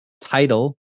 title